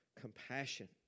compassion